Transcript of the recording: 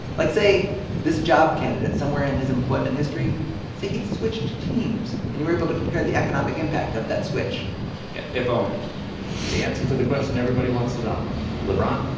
like, say this job candidate somewhere in his employment history say he'd switched teams, and you were able to compare the economic impact of that switch yeah, if only the answer to the question everybody wants to know lebron,